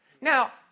Now